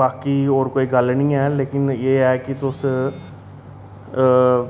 बाकी होर कोई गल्ल निं ऐ लेकिन एह् ऐ कि तुस